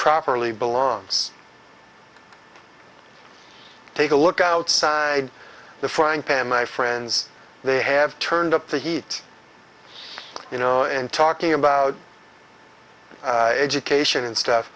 properly belongs take a look outside the frying pan my friends they have turned up the heat you know and talking about education and stuff